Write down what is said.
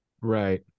Right